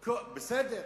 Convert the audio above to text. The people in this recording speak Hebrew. בסדר.